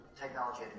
technology